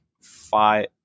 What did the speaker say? five